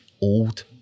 old